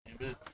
Amen